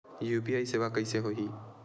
UPI सेवा के कइसे होही?